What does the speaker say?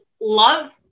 love